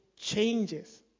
changes